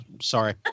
Sorry